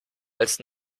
als